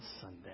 Sunday